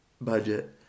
budget